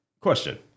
question